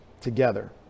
together